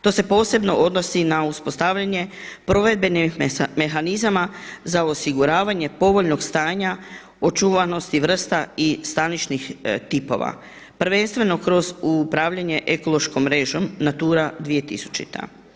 To se posebno odnosi na uspostavljanje provedbenih mehanizama za osiguravanje povoljnog stanja očuvanosti vrsta i stanišnih tipova prvenstveno kroz upravljanje ekološkom mrežom Natura 2000.